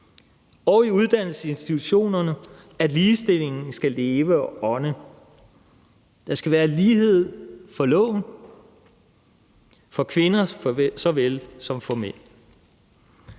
og i uddannelsesinstitutionerne, at ligestillingen skal leve og ånde. Der skal være lighed for loven for kvinder såvel som for mænd.